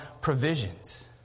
provisions